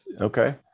Okay